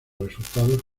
resultados